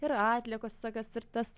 ir atliekos kas ir tas